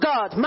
God